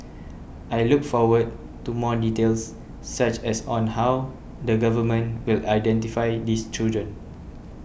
I look forward to more details such as on how the government will identify these children